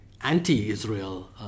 anti-Israel